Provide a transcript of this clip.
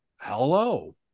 hello